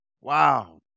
wow